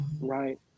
right